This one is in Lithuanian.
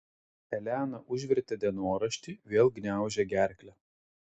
elena užvertė dienoraštį vėl gniaužė gerklę